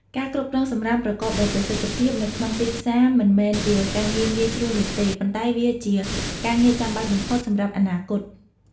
ការគ្រប់គ្រងសំរាមប្រកបដោយប្រសិទ្ធភាពនៅក្នុងទីផ្សារមិនមែនជាការងារងាយស្រួលនោះទេ ប៉ុន្តែវាជាការងារចាំបាច់បំផុតសម្រាប់អនាគត។